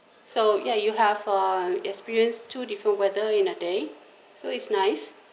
so ya you have um experience to different weather in a day so it's nice